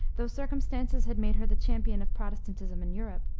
though circumstances had made her the champion of protestantism in europe,